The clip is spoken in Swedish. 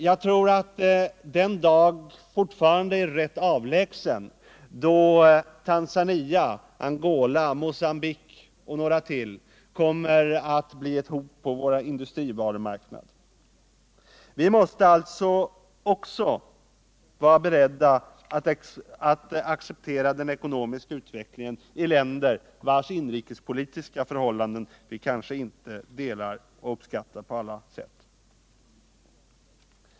Jag tror att den dag fortfarande är rätt avlägsen då Tanzania, Angola, Mogambique och några stater till kommer att bli ett hot mot oss på våra industrivarumarknader. Vi måste alltså vara beredda att acceptera den ekonomiska utvecklingen i länder vilkas inrikespolitiska förhållanden vi kanske inte uppskattar på alla sätt.